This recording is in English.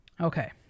okay